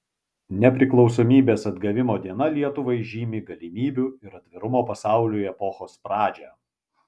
nepriklausomybės atgavimo diena lietuvai žymi galimybių ir atvirumo pasauliui epochos pradžią